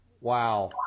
Wow